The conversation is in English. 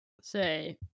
say